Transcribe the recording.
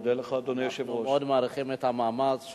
4. האם הם נחקרו, ומה העלו החקירות?